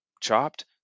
chopped